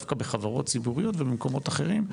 דווקא בחברות ציבוריות ובמקומות אחרים.